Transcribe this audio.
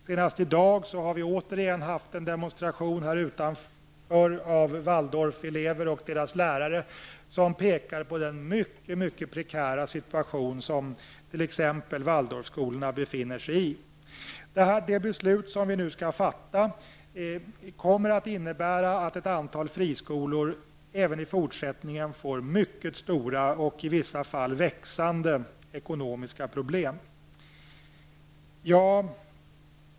Senast i dag har det återigen skett en demonstration här utanför riksdagshuset av Waldorfelever och deras lärare vilka pekar på den mycket prekära situation som t.ex. Waldorfskolorna befinner sig i. Det beslut som vi nu skall fatta kommer att innebära att ett antal friskolor även i fortsättningen får mycket stora och i vissa fall växande ekonomiska problem.